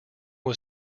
was